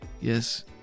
yes